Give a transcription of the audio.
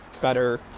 better